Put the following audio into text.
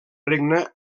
regne